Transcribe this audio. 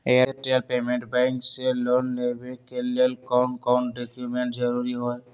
Airtel payments bank से loan लेवे के ले कौन कौन डॉक्यूमेंट जरुरी होइ?